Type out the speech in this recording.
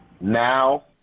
now